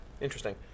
interesting